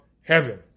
heaven